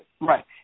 Right